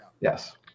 Yes